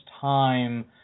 time